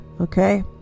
okay